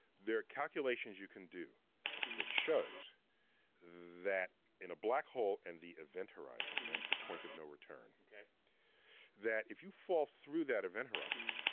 there are calculations you can do that shows that in a black hole in the event horizon, that's the point of no return, that if you fall through that event horizon,